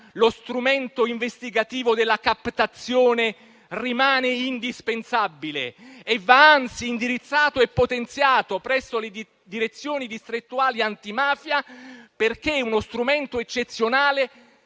lo strumento investigativo della captazione rimane indispensabile e va anzi indirizzato e potenziato presso le due Direzioni distrettuali antimafia, perché è uno strumento eccezionale,